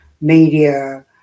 media